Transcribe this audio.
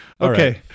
Okay